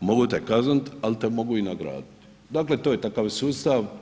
mogu te kazniti, ali te mogu i nagraditi, dakle to je takav sustav.